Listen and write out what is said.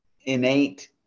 innate